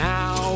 Now